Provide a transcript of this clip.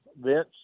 Vince